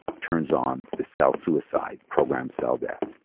turns on the cell suicide, program cell death.